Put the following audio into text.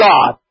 God